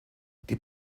die